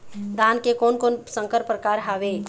धान के कोन कोन संकर परकार हावे?